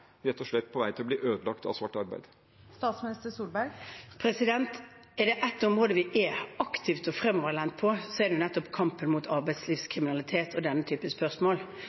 på vei til å bli ødelagt av svart arbeid? Er det et område vi er aktive og fremoverlent på, er det nettopp kampen mot arbeidslivskriminalitet og den type spørsmål.